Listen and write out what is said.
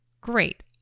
Great